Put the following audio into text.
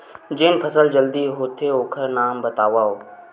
जेन फसल जल्दी होथे ओखर नाम बतावव?